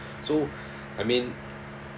so I mean